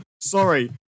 Sorry